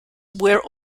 were